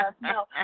No